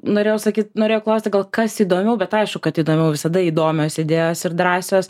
norėjau sakyt norėjau klausti gal kas įdomiau bet aišku kad įdomiau visada įdomios idėjos ir drąsios